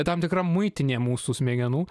tam tikra muitinė mūsų smegenų